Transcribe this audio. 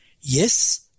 Yes